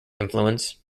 influence